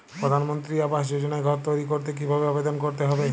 প্রধানমন্ত্রী আবাস যোজনায় ঘর তৈরি করতে কিভাবে আবেদন করতে হবে?